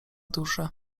duże